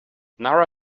nara